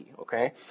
okay